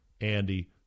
Andy